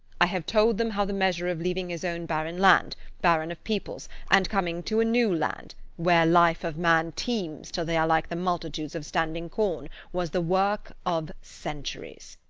i have told them how the measure of leaving his own barren land barren of peoples and coming to a new land where life of man teems till they are like the multitude of standing corn, was the work of centuries.